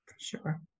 Sure